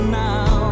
now